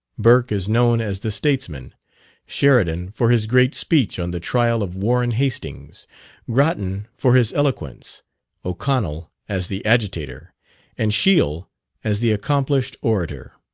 burke is known as the statesman sheridan for his great speech on the trial of warren hastings grattan for his eloquence o'connell as the agitator and shiel as the accomplished orator.